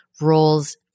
roles